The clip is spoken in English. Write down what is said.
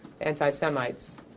anti-Semites